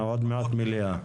עוד מעט מליאה.